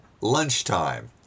lunchtime